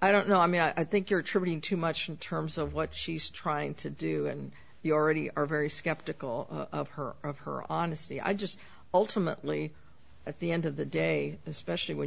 i don't know i mean i think you're treading too much in terms of what she's trying to do and we already are very skeptical of her of her honesty i just ultimately at the end of the day especially when